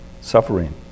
Suffering